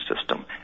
system